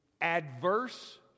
adverse